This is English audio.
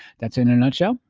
that's in a nutshell,